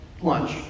lunch